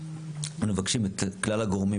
אנו מבקשים את כלל הגורמים,